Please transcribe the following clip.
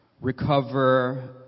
recover